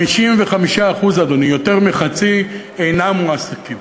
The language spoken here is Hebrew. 55%, אדוני, יותר מחצי, אינם מועסקים.